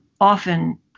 often